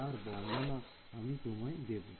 তার বর্ণনা আমি তোমায় দেবো